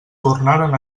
tornaren